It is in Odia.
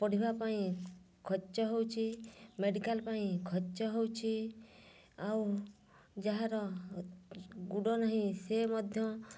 ପଢ଼ିବା ପାଇଁ ଖର୍ଚ୍ଚ ହେଉଛି ମେଡ଼ିକାଲ ପାଇଁ ଖର୍ଚ୍ଚ ହେଉଛି ଆଉ ଯାହାର ଗୋଡ଼ ନାହିଁ ସେ ମଧ୍ୟ